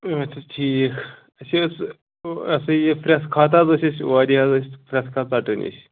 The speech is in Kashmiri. اَچھا ٹھیٖک اَسہِ ٲسۍ یا سا یہِ فرٮ۪س کَھاتہٕ حظ ٲسۍ اَسہِ واریاہ حظ ٲسۍ فرٮ۪س کَھاتہٕ ژَٹٕنۍ اَسہِ